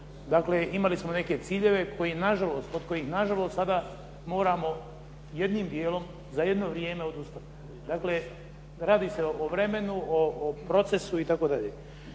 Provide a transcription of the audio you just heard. dakle, imali smo neke ciljeve od kojih nažalost sada moramo jednim dijelom za jedno vrijeme odustati. Dakle, radi se o vremenu, o procesu itd..